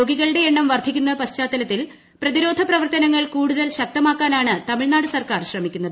രോഗികളുടെ എണ്ണം വർദ്ധിക്കുന്ന പശ്ചാത്തലത്തിൽ പ്രതിരോധ പ്രവർത്തനങ്ങൾ കൂടുതൽ ശക്തമാ ക്കാനാണ് തമിഴ്നാട് സർക്കാർ ശ്രമിക്കുന്നത്